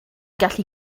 gallu